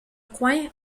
coin